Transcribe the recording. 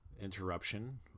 interruption